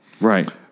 Right